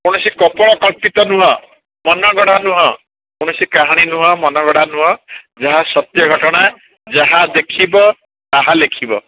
କୌଣସି କପୋଳ କଳ୍ପିତ ନୁହଁ ମନ ଗଢ଼ା ନୁହଁ କୌଣସି କାହାଣୀ ନୁହଁ ମନ ଗଢ଼ା ନୁହଁ ଯାହା ସତ୍ୟ ଘଟଣା ଯାହା ଦେଖିବ ତାହା ଲେଖିବ